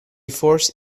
force